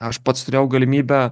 aš pats turėjau galimybę